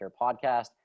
Podcast